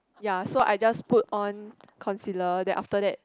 ya so I just put on concealer then after that